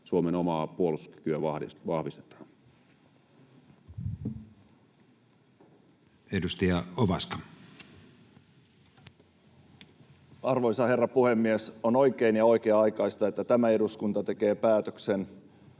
Suomen omaa puolustuskykyä vahvistetaan. Edustaja Ovaska. Arvoisa herra puhemies! On oikein ja oikea-aikaista, että tämä eduskunta tekee päätöksen